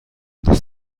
دوست